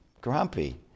grumpy